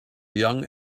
young